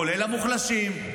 כולל המוחלשים,